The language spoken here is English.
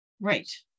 Right